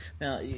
Now